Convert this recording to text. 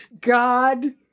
God